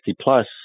plus